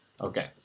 Okay